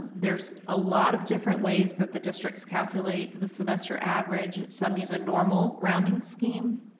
there's a lot of different ways that the districts calculate the semester average. some use a normal rounding scheme,